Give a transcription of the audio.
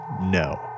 no